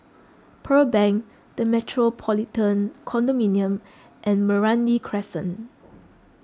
Pearl Bank the Metropolitan Condominium and Meranti Crescent